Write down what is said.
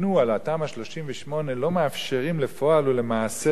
38 לא מאפשרים בפועל ולמעשה לעשות את זה,